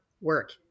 work